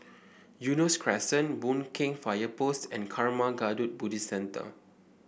Eunos Crescent Boon Keng Fire Post and Karma Kagyud Buddhist Centre